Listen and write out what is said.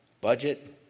Budget